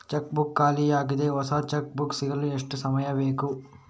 Check book ಖಾಲಿ ಯಾಗಿದೆ, ಹೊಸ ಚೆಕ್ ಬುಕ್ ಸಿಗಲು ಎಷ್ಟು ಸಮಯ ಬೇಕು?